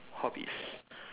hobbies